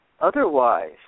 otherwise